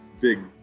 big